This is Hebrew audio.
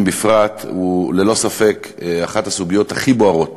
בפרט הוא ללא ספק אחת הסוגיות הכי בוערות